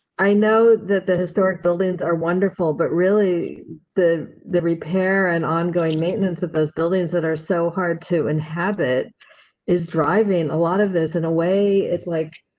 i know that the historic buildings are wonderful, but really the the repair and ongoing maintenance of those buildings that are so hard to inhabit is driving a lot of this. in a way. it's like.